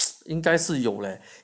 应该是有 leh